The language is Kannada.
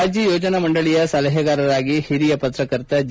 ರಾಜ್ಞ ಯೋಜನಾ ಮಂಡಳಿಯ ಸಲಹೆಗಾರರಾಗಿ ಹಿರಿಯ ಪತ್ರಕರ್ತ ಜಿ